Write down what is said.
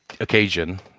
occasion